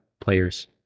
players